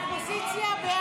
הסתייגות 668 לא נתקבלה.